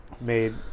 made